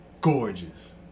Gorgeous